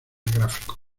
gráfico